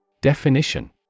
Definition